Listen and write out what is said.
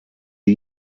are